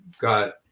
got